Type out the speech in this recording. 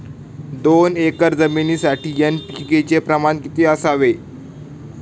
दोन एकर जमीनीसाठी एन.पी.के चे प्रमाण किती असावे?